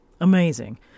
amazing